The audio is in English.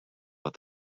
what